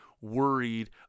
worried